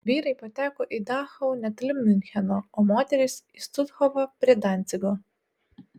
vyrai pateko į dachau netoli miuncheno o moterys į štuthofą prie dancigo